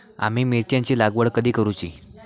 आम्ही मिरचेंची लागवड कधी करूची?